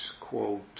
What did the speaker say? quote